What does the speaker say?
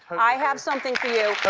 i have something.